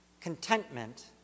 contentment